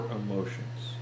emotions